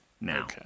now